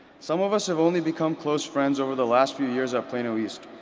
some of us have only become close friends over the last few years at plano east.